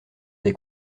des